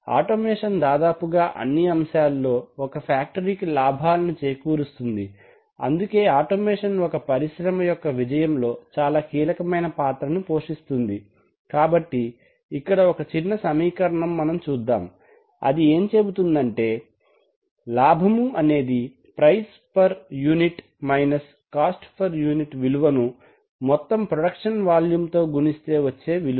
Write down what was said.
automation దాదాపుగా అన్ని అంశాల్లో ఒక ఫ్యాక్టరీకి లాభాల్ని చేకూరుస్తుంది అందుకే ఆటోమేషన్ ఒక పరిశ్రమ యొక్క విజయంలో చాలా కీలకమైన పాత్రని పోషిస్తుంది కాబట్టి ఇక్కడ ఒక చిన్న సమీకరణము మనం చూద్దాం అది ఏం చెబుతుందంటే లాభము అనేది price for unity minus cost for unity విలువను మొత్తం ప్రొడక్షన్ వాల్యూమ్ తో గుణిస్తే వచ్చే విలువ